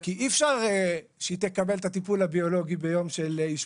כי אי אפשר שהיא תקבל את הטיפול הביולוגי ביום של אשפוז,